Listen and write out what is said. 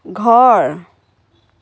ঘৰ